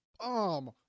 bomb